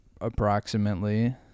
approximately